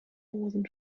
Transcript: moosen